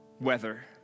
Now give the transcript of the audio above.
weather